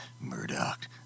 Murdoch